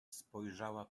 spojrzała